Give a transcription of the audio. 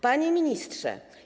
Panie Ministrze!